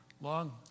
Long